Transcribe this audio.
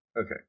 Okay